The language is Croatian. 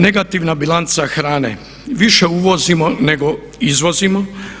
Negativna bilanca hrane, više uvozimo nego izvozimo.